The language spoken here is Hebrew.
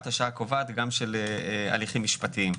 השעה קובעת גם של הליכים משפטיים.